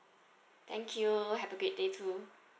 thank you have a good day too